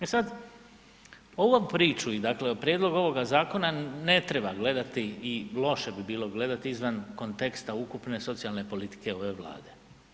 E sad ovu priču i dakle o prijedlogu ovoga zakona ne treba gledati i loše bi bilo gledati izvan konteksta ukupne socijalne politike ove Vlade.